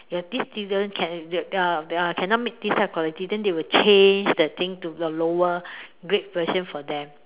you have this student can uh uh cannot make this type quality then they will change the thing to the lower grade version for them